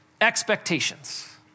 expectations